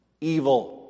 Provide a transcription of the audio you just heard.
evil